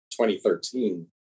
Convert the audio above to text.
2013